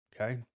Okay